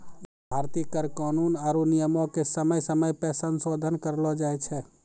भारतीय कर कानून आरु नियमो के समय समय पे संसोधन करलो जाय छै